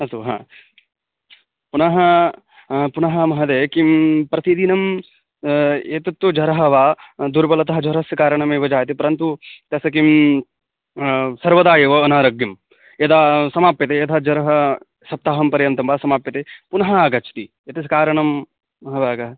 अस्तु हा पुनः पुनः महोदय किं प्रतिदिनं एतत् तु ज्वरः वा दुर्बलता ज्वरस्य कारणम् एव जायते परन्तु तस्य किं सर्वदा एव अनारोग्यं यदा समाप्यते यथा ज्वरः सप्ताहं पर्यन्तं वा समाप्यते पुनः आगच्छति एतस्य कारणं महाभागः